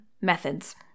Methods